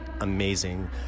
amazing